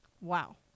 Wow